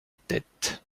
tête